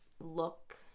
look